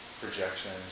projections